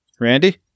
Randy